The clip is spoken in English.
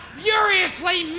furiously